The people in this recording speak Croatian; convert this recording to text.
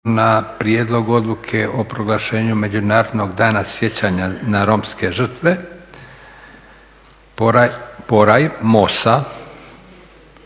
- Prijedlog odluke o proglašenju Međunarodnog dana sjećanja na Romske žrtve